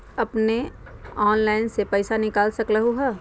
अपने ऑनलाइन से पईसा निकाल सकलहु ह?